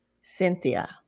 Cynthia